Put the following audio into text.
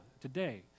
today